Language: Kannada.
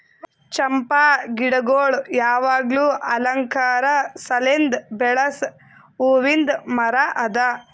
ಚಂಪಾ ಗಿಡಗೊಳ್ ಯಾವಾಗ್ಲೂ ಅಲಂಕಾರ ಸಲೆಂದ್ ಬೆಳಸ್ ಹೂವಿಂದ್ ಮರ ಅದಾ